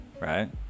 right